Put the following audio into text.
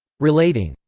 relating,